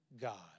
God